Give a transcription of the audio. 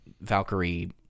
valkyrie